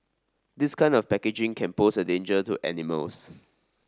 this kind of packaging can pose a danger to animals